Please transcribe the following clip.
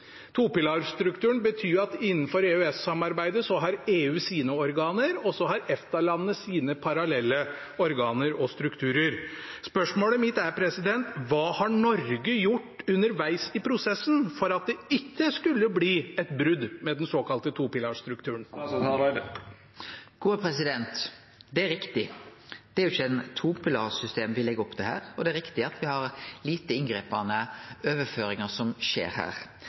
Topilarstrukturen innebærer at EU innenfor EU-samarbeidet har sine organer og EFTA-landene parallelle organer og strukturer. Spørsmålet mitt er: Hva har Norge gjort underveis i prosessen for at det ikke skulle bli et brudd med den såkalte topilarstrukturen? Det er riktig – det er ikkje eit topilarsystem me legg opp til her, og det er riktig at det er lite inngripande overføringar som skjer. Eg meiner at det me gjer her